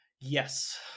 Yes